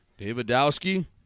Davidowski